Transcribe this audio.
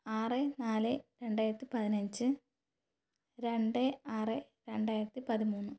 ആറ് നാല് രണ്ടായിരത്തി പതിനഞ്ച് രണ്ട് ആറ് രണ്ടായിരത്തി പതിമൂന്ന്